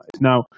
now